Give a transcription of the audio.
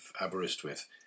Aberystwyth